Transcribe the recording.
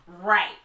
Right